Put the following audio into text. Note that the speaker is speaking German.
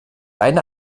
eine